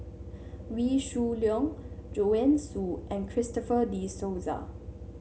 Wee Shoo Leong Joanne Soo and Christopher De Souza